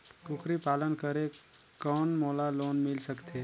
कूकरी पालन करे कौन मोला लोन मिल सकथे?